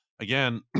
again